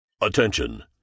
Attention